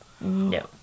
No